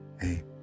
hey